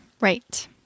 Right